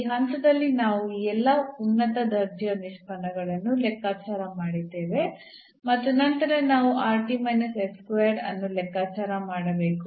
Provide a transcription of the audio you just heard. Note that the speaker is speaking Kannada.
ಈ ಹಂತದಲ್ಲಿ ನಾವು ಈ ಎಲ್ಲಾ ಉನ್ನತ ದರ್ಜೆಯ ನಿಷ್ಪನ್ನಗಳನ್ನು ಲೆಕ್ಕಾಚಾರ ಮಾಡಿದ್ದೇವೆ ಮತ್ತು ನಂತರ ನಾವು ಅನ್ನು ಲೆಕ್ಕಾಚಾರ ಮಾಡಬೇಕು